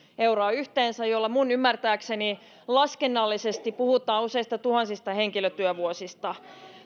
euroa yhteensä jolloin minun ymmärtääkseni laskennallisesti puhutaan useista tuhansista henkilötyövuosista